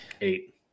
eight